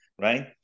right